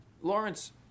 Lawrence